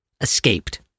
escaped